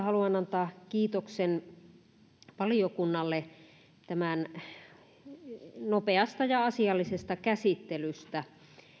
haluan antaa kiitoksen valiokunnalle tämän nopeasta ja asiallisesta käsittelystä